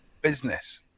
business